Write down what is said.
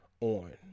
On